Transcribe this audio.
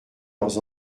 leurs